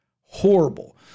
horrible